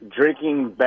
drinking